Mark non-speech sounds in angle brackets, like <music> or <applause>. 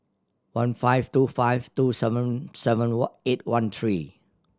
one five two five two seven seven <unintelligible> eight one three